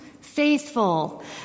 faithful